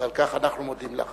ועל כך אנחנו מודים לך.